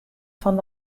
fan